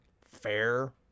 fair